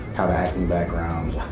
have a acting background.